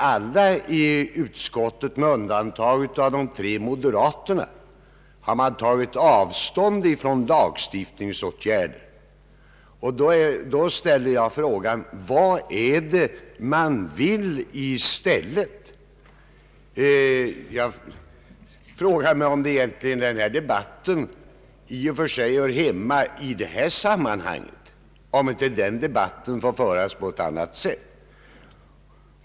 Alla ledamöterna i utskottet — med undantag av de två moderaterna — har tagit avstånd från lagstiftningsåtgärder, och då finns det ju anledning att ställa frågan: Vad är det man vill i stället? Jag frågar mig om den här debatten egentligen hör hemma i detta sammanhang. Och bör den inte föras på ett annat sätt?